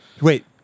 Wait